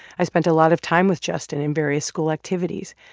i spent a lot of time with justin in various school activities,